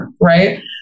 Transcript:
right